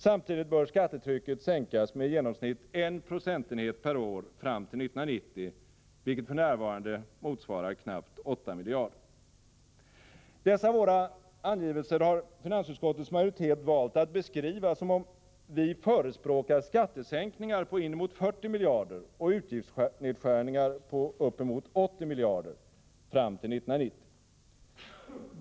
Samtidigt bör skattetrycket sänkas med i genomsnitt 1 procentenhet per år fram till 1990, vilket f.n. motsvarar knappt 8 miljarder. Dessa våra angivelser har finansutskottets majoritet valt att beskriva som att vi förespråkar skattesänkningar på inemot 40 miljarder och utgiftsnedskärningar på uppemot 80 miljarder fram till år 1990.